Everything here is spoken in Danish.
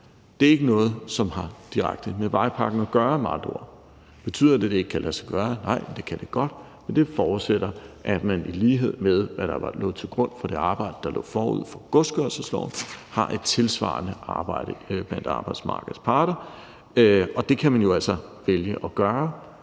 er det ikke noget, som har direkte med vejpakken at gøre. Betyder det, at det ikke kan lade sig gøre? Nej, det kan det godt. Men det forudsætter, at man, i lighed med hvad der lå til grund for det arbejde, der lå forud for godskørselsloven, har et tilsvarende arbejde blandt arbejdsmarkedets parter, og det kan man jo altså vælge at gøre.